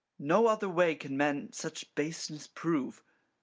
no other way can man such baseness prove,